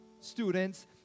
students